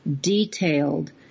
detailed